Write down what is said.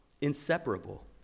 inseparable